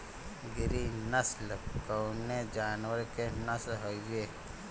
गिरी नश्ल कवने जानवर के नस्ल हयुवे?